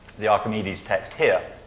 the archimedes text here.